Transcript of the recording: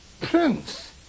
prince